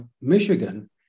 Michigan